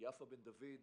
יפה בן דויד,